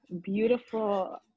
beautiful